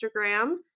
Instagram